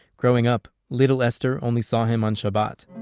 growing up, little esther only saw him on shabbat